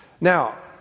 Now